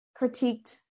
critiqued